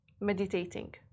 meditating